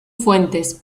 fuentes